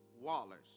Wallace